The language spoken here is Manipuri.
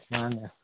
ꯃꯥꯅꯦ